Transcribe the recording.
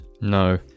No